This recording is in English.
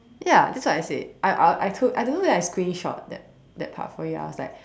ya that's what I said I I I don't know whether I screenshot that that part for you I was like